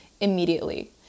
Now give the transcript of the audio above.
immediately